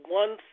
one